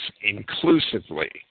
inclusively